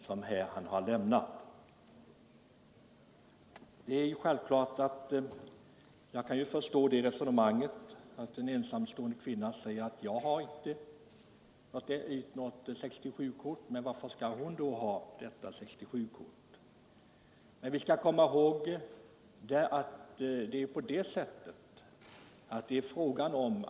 Jag kan naturligtvis förstå resonemanget, att andra ensamstående kvinnor kan säga sig: Jag får inget 67-kort, varför skall då en ensamstående kvinna som haft hustrutillägg ha det?